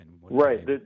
Right